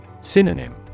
Synonym